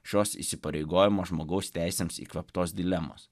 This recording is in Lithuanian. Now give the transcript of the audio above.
šios įsipareigojimo žmogaus teisėms įkvėptos dilemos